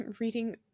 reading